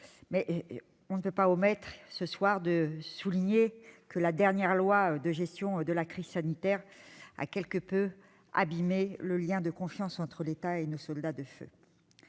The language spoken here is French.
qu'on ne peut pas omettre ce soir de souligner que la dernière loi de gestion de la crise sanitaire a quelque peu abîmé le lien de confiance entre l'État et nos soldats du feu.